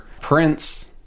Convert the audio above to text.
prince